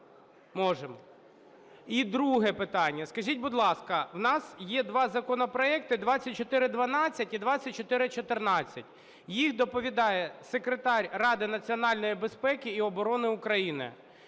Можемо. І друге питання. Скажіть, будь ласка, в нас є 2 законопроекти: 2412 і 2414, їх доповідає Секретар Ради національної безпеки і оборони України.